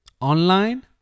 online